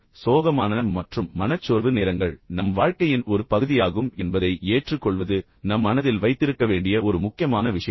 எனவே சோகமான மற்றும் மனச்சோர்வு நேரங்கள் நம் வாழ்க்கையின் ஒரு பகுதியாகும் என்பதை ஏற்றுக்கொள்வது நம் மனதில் வைத்திருக்க வேண்டிய ஒரு முக்கியமான விஷயம்